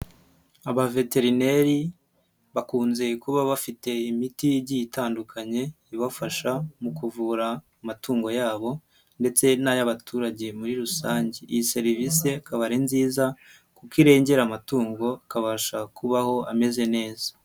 Abaveterineri bakunze kuba bafite imiti igi itandukanye ibafasha mu kuvura amatungo yabo ndetse n'ay'abaturage muri rusange, iyi serivisi akaba ari nziza kuko irengera amatungo akabasha kubaho ameze neza.